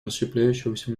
расщепляющегося